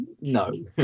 no